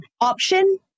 option